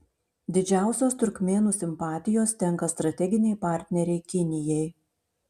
didžiausios turkmėnų simpatijos tenka strateginei partnerei kinijai